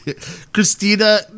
Christina